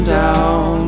down